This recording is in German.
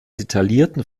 detaillierten